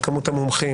את כמות המומחים,